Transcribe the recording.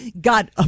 got